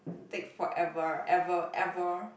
take forever ever ever